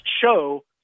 show